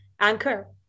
anchor